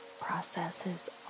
processes